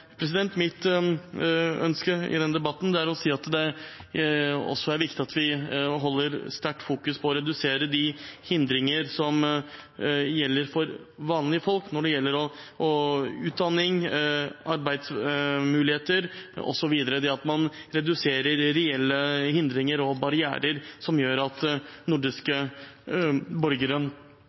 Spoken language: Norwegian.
Mitt ønske i denne debatten er å si at det også er viktig at vi holder sterkt fokus på å redusere de hindringer som gjelder for vanlige folk når det gjelder utdanning, arbeidsmuligheter osv., at man reduserer reelle hindringer og barrierer slik at nordiske borgere